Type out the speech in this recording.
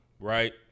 right